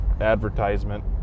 advertisement